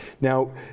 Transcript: Now